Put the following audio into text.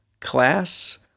class